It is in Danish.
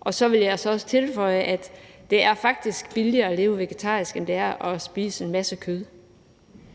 Og så vil jeg også tilføje, at det faktisk er billigere at leve vegetarisk, end det er at spise en masse kød.